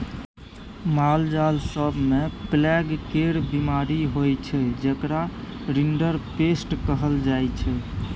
मालजाल सब मे प्लेग केर बीमारी होइ छै जेकरा रिंडरपेस्ट कहल जाइ छै